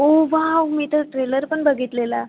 ओ wow मी तर trailer पण बघितलेला